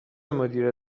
مدیر